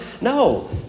No